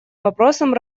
вопросам